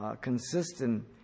consistent